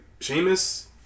Sheamus